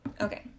Okay